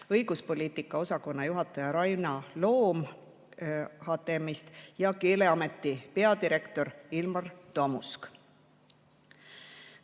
õiguspoliitika osakonna juhataja Raina Loom HTM‑ist ja Keeleameti peadirektor Ilmar